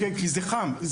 כי זה חם.